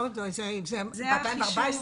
זה ב-2014.